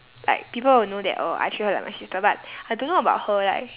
like people will know that oh I treat her like my sister but I don't know about her like